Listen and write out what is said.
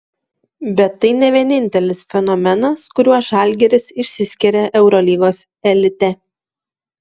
bet tai ne vienintelis fenomenas kuriuo žalgiris išskiria eurolygos elite